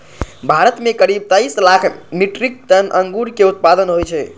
भारत मे करीब तेइस लाख मीट्रिक टन अंगूरक उत्पादन होइ छै